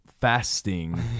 fasting